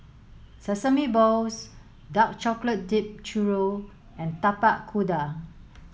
sesame balls dark chocolate dipped Churro and Tapak Kuda